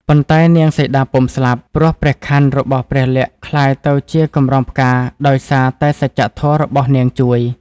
ប៉ុន្តែនាងសីតាពុំស្លាប់ ព្រោះព្រះខ័នរបស់ព្រះលក្សណ៍ក្លាយទៅជាកម្រងផ្កាដោយសារ តែសច្ចៈធម៌របស់នាងជួយ។